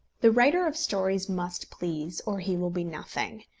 the writer of stories must please, or he will be nothing.